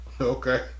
Okay